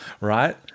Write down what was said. right